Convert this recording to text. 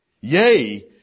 Yea